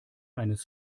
eines